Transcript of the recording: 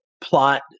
plot